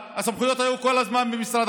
שהיו בידי שר האוצר ושנלקחו ממשרד